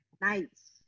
Nice